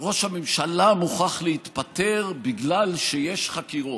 ראש הממשלה מוכרח להתפטר בגלל שיש חקירות.